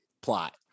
plot